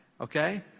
okay